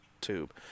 tube